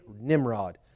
Nimrod